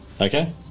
Okay